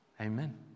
Amen